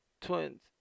Twins